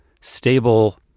Stable